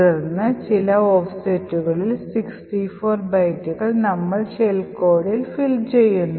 തുടർന്ന് ചില ഓഫ്സെറ്റുകളിൽ 64 ബൈറ്റുകൾ നമ്മൾ ഷെൽ കോഡിൽ ഫില്ല് ചെയ്യുന്നു